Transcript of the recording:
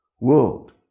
world